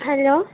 hello